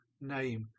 name